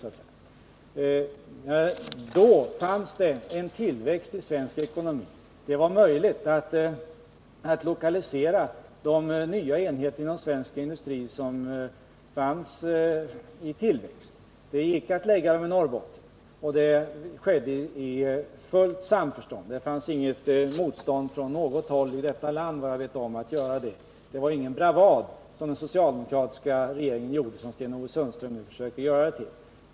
Under första hälften av 1970-talet fanns det en tillväxt i svensk ekonomi. Det var möjligt att utlokalisera nya enheter inom svensk industri, som då befann sig i tillväxt. Det gick att lägga dessa enheter i Norrbotten, och det skedde i fullt samförstånd. Det fanns inget motstånd från något håll i detta land, vad jag vet, mot att göra det. Det var inte någon bravad från den socialdemokratiska regeringens sida, som Sten-Ove Sundström vill göra det till.